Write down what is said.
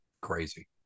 Crazy